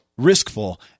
riskful